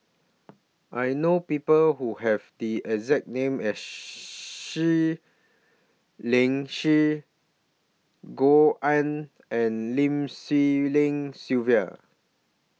I know People Who Have The exact name Seah Liang Seah Gao Ning and Lim Swee Lian Sylvia